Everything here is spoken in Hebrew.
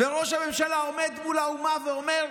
ראש הממשלה עומד מול האומה, ואומר: